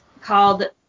called